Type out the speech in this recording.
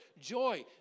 Joy